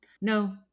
No